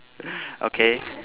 okay